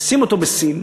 שים אותו בסין,